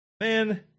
Man